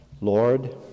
Lord